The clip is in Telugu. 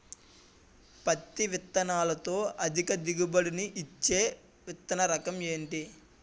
పత్తి విత్తనాలతో అధిక దిగుబడి నిచ్చే విత్తన రకం ఏంటి?